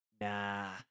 Nah